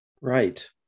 Right